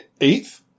Eighth